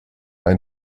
ein